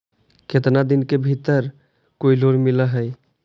केतना दिन के भीतर कोइ लोन मिल हइ?